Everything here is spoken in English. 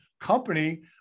company